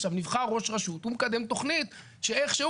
עכשיו נבחר ראש רשות הוא מקדם תכנית שאיך שהוא